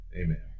Amen